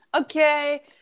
Okay